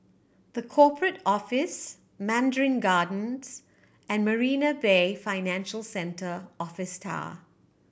The Corporate Office Mandarin Gardens and Marina Bay Financial Centre Office Tower